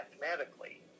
mathematically